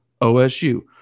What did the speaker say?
OSU